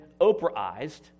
Oprahized